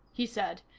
he said.